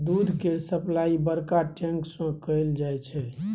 दूध केर सप्लाई बड़का टैंक सँ कएल जाई छै